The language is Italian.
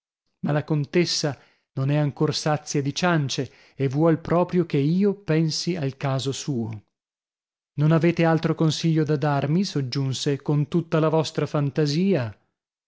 ma la contessa non è ancor sazia di ciance e vuol proprio che io pensi al caso suo non avete altro consiglio da darmi soggiunge con tutta la vostra fantasìa